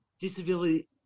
disability